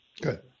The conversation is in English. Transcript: Good